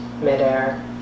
midair